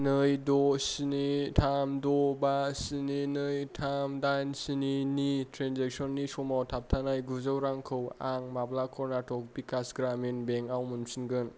नै द' स्नि थाम द' बा स्नि नै थाम दाइन स्निनि ट्रेन्जेक्सननि समाव थाबथानाय गुजौ रांखौ आं माब्ला कर्नाटक भिकास ग्रामिन बेंकआव मोनफिनगोन